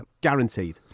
guaranteed